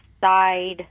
side